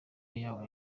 yabo